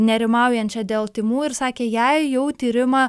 nerimaujančia dėl tymų ir sakė jei jau tyrimą